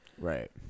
right